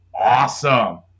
awesome